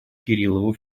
кириллову